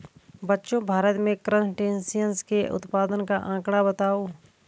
बच्चों भारत में क्रस्टेशियंस के उत्पादन का आंकड़ा बताओ?